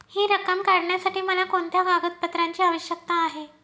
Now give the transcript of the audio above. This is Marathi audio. हि रक्कम काढण्यासाठी मला कोणत्या कागदपत्रांची आवश्यकता आहे?